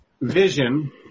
vision